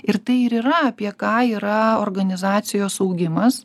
ir tai ir yra apie ką yra organizacijos augimas